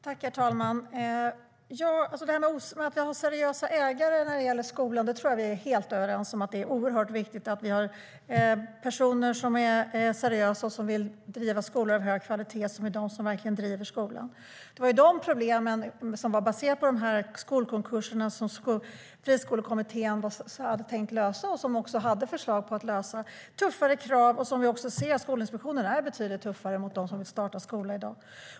Herr talman! Det här med att vi har seriösa ägare när det gäller skolan tror jag att vi är helt överens om. Det är oerhört viktigt att vi har personer som är seriösa och som vill driva skolor av hög kvalitet. Det är de som verkligen driver skolan. Det var de problem som var baserade på skolkonkurserna som Friskolekommittén hade tänkt lösa. De hade också förslag för att lösa det. Det handlar om tuffare krav. Som vi ser är Skolinspektionen betydligt tuffare mot dem som vill starta skola i dag.